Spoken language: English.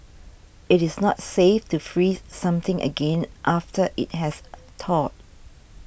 it is not safe to freeze something again after it has thawed